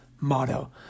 motto